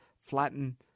Flatten